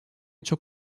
çok